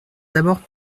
d’abord